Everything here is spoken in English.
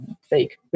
fake